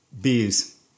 Bees